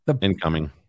Incoming